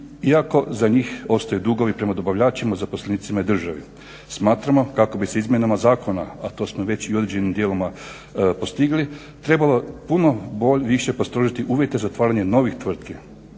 iako za njih ostaju dugovi prema dobavljačima, zaposlenicima i državi. Smatramo kako bi se izmjenama zakona, a to smo već i u određenim dijelovima postigli trebalo puno više postrožiti uvjete zatvaranja novih tvrtki,